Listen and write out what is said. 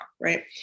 right